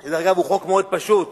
הוא חוק פשוט מאוד,